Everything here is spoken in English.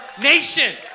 nation